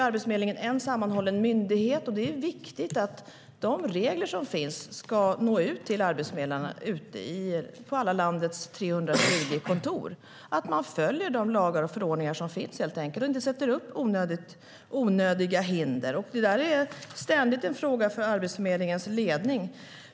Arbetsförmedlingen är nu en sammanhållen myndighet, och det är viktigt att de regler som finns ska nå ut till arbetsförmedlarna på alla landets 320 kontor, att man helt enkelt följer de lagar och förordningar som finns och inte sätter upp onödiga hinder. Det där är ständigt en fråga för Arbetsförmedlingens ledning.